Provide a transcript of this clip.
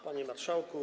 Panie Marszałku!